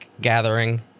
gathering